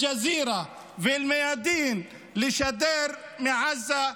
אל-ג'זירה ואל-מיאדין, לשדר מעזה.